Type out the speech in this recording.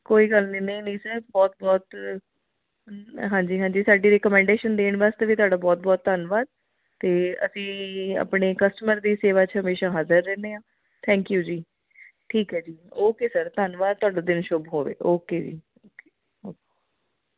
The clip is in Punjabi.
ਕੋਈ ਗੱਲ ਨਹੀਂ ਨਹੀਂ ਨਹੀਂ ਸਰ ਬਹੁਤ ਬਹੁਤ ਹਾਂਜੀ ਹਾਂਜੀ ਸਾਡੀ ਰਿਕਮੈਂਡੇਸ਼ਨ ਦੇਣ ਵਾਸਤੇ ਵੀ ਤੁਹਾਡਾ ਬਹੁਤ ਬਹੁਤ ਧੰਨਵਾਦ ਅਤੇ ਅਸੀਂ ਆਪਣੇ ਕਸਟਮਰ ਦੀ ਸੇਵਾ 'ਚ ਹਮੇਸ਼ਾ ਹਾਜ਼ਰ ਰਹਿੰਦੇ ਹਾਂ ਥੈਂਕ ਯੂ ਜੀ ਠੀਕ ਐ ਜੀ ਓਕੇ ਸਰ ਧੰਨਵਾਦ ਤੁਹਾਡਾ ਦਿਨ ਸ਼ੁਭ ਹੋਵੇ ਓਕੇ ਜੀ